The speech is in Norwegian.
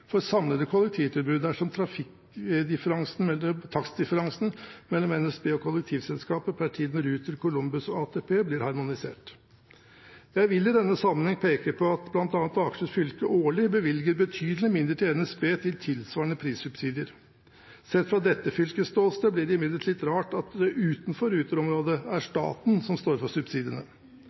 det samlede kollektivtilbudet dersom takstdifferansen mellom NSB og kollektivselskapene – p.t. Ruter, Kolumbus og AtB – blir harmonisert.» Jeg vil i denne sammenhengen peke på at bl.a. Akershus fylke årlig bevilger betydelige midler til NSB til tilsvarende prissubsidier. Sett fra dette fylkets ståsted blir det imidlertid litt rart at det utenfor Ruter-området er staten som står for subsidiene.